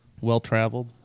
Well-traveled